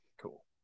cool